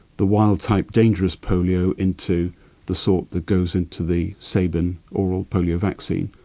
the wild type dangerous polio into the sort that goes into the sabin oral polio vaccine.